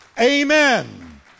Amen